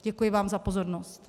Děkuji vám za pozornost.